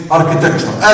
architecture